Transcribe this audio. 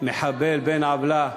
מחבל בן-עוולה